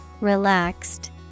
Relaxed